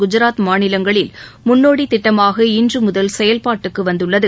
குஜராத் மாநிலங்களில் முன்னோடி திட்டமாக இன்று முதல் செயல்பாட்டுக்கு வந்துள்ளது